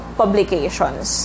publications